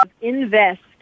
Invest